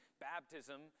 Baptism